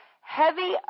heavy